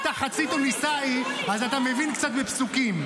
אתה חצי תוניסאי, אז אתה מבין קצת בפסוקים.